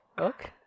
Okay